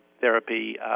therapy